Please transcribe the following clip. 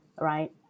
right